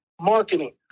marketing